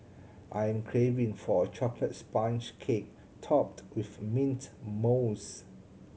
I am craving for a chocolate sponge cake topped with mint mousse